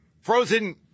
Frozen